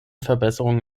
verbesserungen